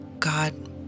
God